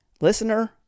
Listener